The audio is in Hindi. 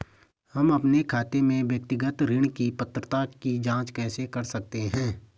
हम अपने खाते में व्यक्तिगत ऋण की पात्रता की जांच कैसे कर सकते हैं?